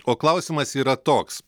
o klausimas yra toks